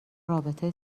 رابطه